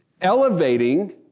elevating